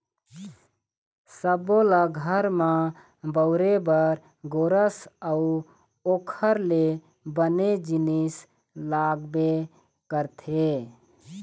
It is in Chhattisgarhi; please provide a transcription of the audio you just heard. सब्बो ल घर म बउरे बर गोरस अउ ओखर ले बने जिनिस लागबे करथे